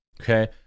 Okay